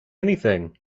anything